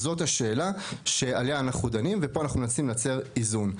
זאת השאלה שעליה אנחנו דנים ופה אנחנו מנסים לייצר איזון,